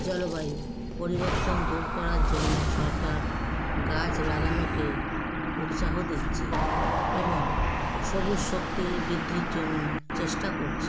জলবায়ু পরিবর্তন দূর করার জন্য সরকার গাছ লাগানোকে উৎসাহ দিচ্ছে এবং সবুজ শক্তির বৃদ্ধির জন্য চেষ্টা করছে